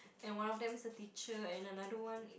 and one of them is a teacher and another one is